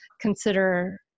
consider